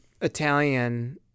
Italian